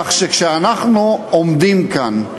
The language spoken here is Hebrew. כך שכשאנחנו עומדים כאן,